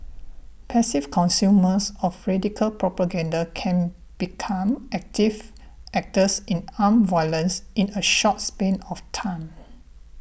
passive consumers of radical propaganda can become active actors in armed violence in a short span of time